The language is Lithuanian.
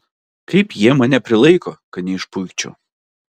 kaip jie mane prilaiko kad neišpuikčiau